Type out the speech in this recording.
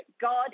God